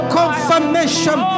confirmation